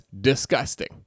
disgusting